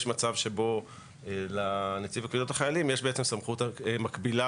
יש מצב שבו לנציב לקבילות החיילים יש סמכות מקבילה